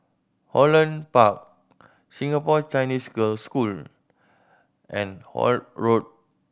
Holland Park Singapore Chinese Girls' School and Holt Road